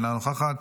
אינה נוכחת,